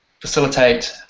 facilitate